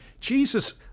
Jesus